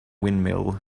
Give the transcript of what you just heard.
windmill